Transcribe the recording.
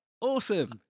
Awesome